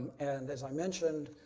and as i mentioned,